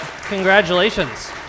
Congratulations